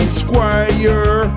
squire